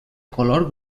color